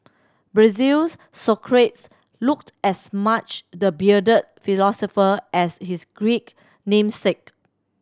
Brazil's looked as much the bearded philosopher as his Greek namesake